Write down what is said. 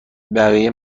بقیه